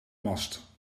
mast